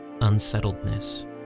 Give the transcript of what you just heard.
Unsettledness